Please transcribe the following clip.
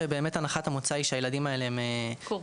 אגיד שבאמת הנחת המוצא היא שהילדים האלה קורבנות,